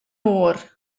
oer